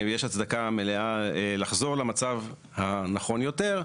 יש הצדקה מלאה לחזור למצב הנכון יותר,